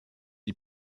die